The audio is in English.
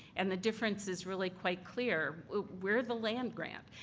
and the difference is really quite clear. we're the land grant.